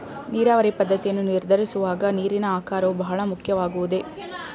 ನೀರಾವರಿ ಪದ್ದತಿಯನ್ನು ನಿರ್ಧರಿಸುವಾಗ ನೀರಿನ ಆಕಾರವು ಬಹಳ ಮುಖ್ಯವಾಗುವುದೇ?